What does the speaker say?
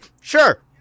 sure